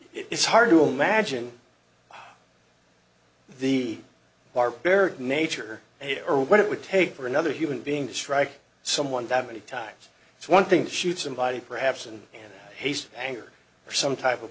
it's hard to imagine the barbaric nature or what it would take for another human being to strike someone that many times it's one thing to shoot somebody perhaps in his anger or some type of